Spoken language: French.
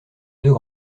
deux